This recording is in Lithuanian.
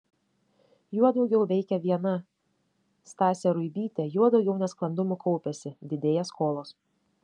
juo daugiau veikia viena stasė ruibytė juo daugiau nesklandumų kaupiasi didėja skolos